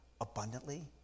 abundantly